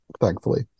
Thankfully